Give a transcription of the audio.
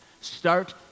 Start